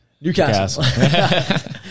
Newcastle